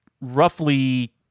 roughly